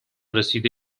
رسیده